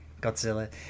Godzilla